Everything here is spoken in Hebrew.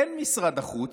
אין משרד החוץ,